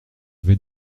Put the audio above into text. vais